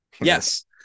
yes